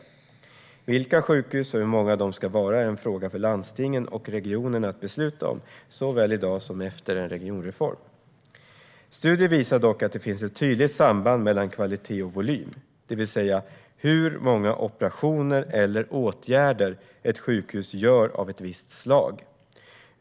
Hur många och vilka sjukhus vi ska ha i Sverige är en fråga för landstingen och regionerna att besluta om, såväl i dag som efter en regionreform. Studier visar dock att det finns ett tydligt samband mellan kvalitet och volym, det vill säga hur många operationer eller åtgärder av ett visst slag ett sjukhus gör.